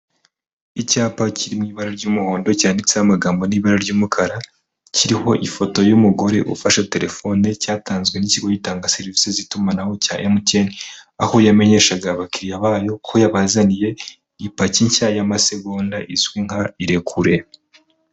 Icyapa kiri mu ibara ry'umuhondo cyanditseho amagambo n'ibara ry'umukara, kiriho ifoto y'umugore ufashe telefone, cyatanzwe n'ikigo gitanga serivisi z'itumanaho cya MTN, aho yamenyeshaga abakiriya bayo ko yabazaniye ipaki nshya y'amasegonda izwi nka irekure.